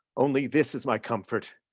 only this is my comfort,